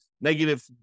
negative